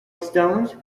stones